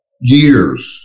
years